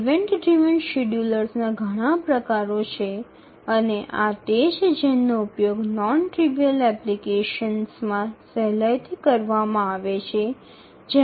event চালিত শিডিয়ুলারগুলির অনেক ধরণের রয়েছে এবং এগুলি নগণ্য নয় এমন অ্যাপ্লিকেশনগুলিতে ব্যাপকভাবে ব্যবহৃত হয়